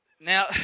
Now